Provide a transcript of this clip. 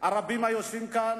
הרבים היושבים כאן,